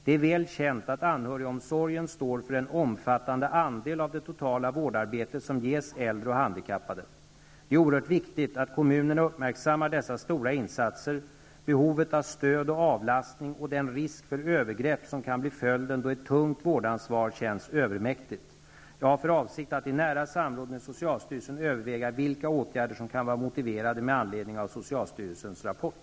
Det är väl känt att anhörigomsorgen står för en omfattande andel av det totala vårdarbete som ges äldre och handikappade. Det är oerhört viktigt att kommunerna uppmärksammar dessa stora insatser, behovet av stöd och avlastning och den risk för övergrepp som kan bli följden då ett tungt vårdansvar känns övermäktigt. Jag har för avsikt att i nära samråd med socialstyrelsen överväga vilka åtgärder som kan vara motiverade med anledning av socialstyrelsens rapport.